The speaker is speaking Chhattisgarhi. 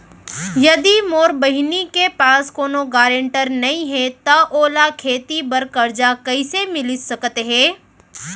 यदि मोर बहिनी के पास कोनो गरेंटेटर नई हे त ओला खेती बर कर्जा कईसे मिल सकत हे?